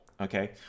Okay